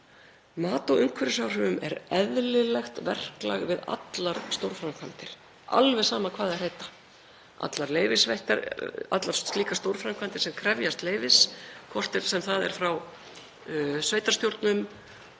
Mat á umhverfisáhrifum er eðlilegt verklag við allar stórframkvæmdir, alveg sama hvað þær heita, allar slíkar stórframkvæmdir sem krefjast leyfis, hvort sem það er frá sveitarstjórnum,